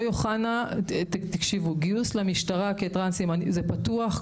הגיוס למשטרה הוא פתוח,